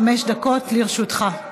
חמש דקות לרשותך.